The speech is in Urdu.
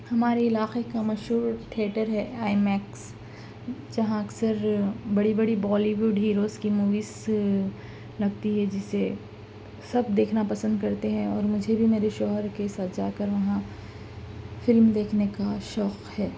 ہمارے علاقے کا مشہور ٹھیٹر ہے آئی میکس جہاں اکثر بڑے بڑے بالی وڈ ہیروز کی موویز لگتی ہے جسے سب دیکھنا پسند کرتے ہیں اور مجھے بھی میرے شوہر کے ساتھ جا کر وہاں فلم دیکھنے کا شوق ہے